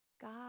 God